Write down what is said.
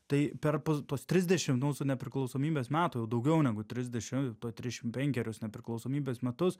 tai perpus tuos trisdešim mūsų nepriklausomybės metų jau daugiau negu trisdešim tuoj trišim penkerius nepriklausomybės metus